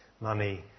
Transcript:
money